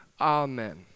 Amen